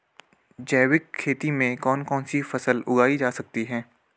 जैविक खेती में कौन कौन सी फसल उगाई जा सकती है?